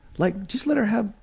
like just let her have,